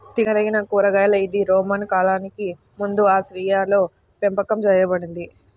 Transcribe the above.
తినదగినమూల కూరగాయ ఇది రోమన్ కాలానికి ముందుఆసియాలోపెంపకం చేయబడింది